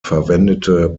verwendete